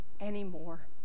anymore